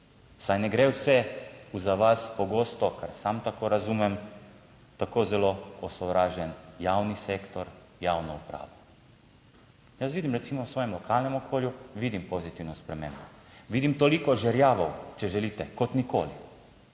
Saj ne gre vse, za vas, pogosto kar sam tako razumem, tako zelo osovražen javni sektor, javno upravo. Jaz vidim recimo v svojem lokalnem okolju, vidim pozitivno spremembo, vidim toliko žerjavov, če želite, kot nikoli.